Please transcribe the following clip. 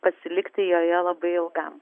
pasilikti joje labai ilgam